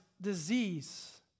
disease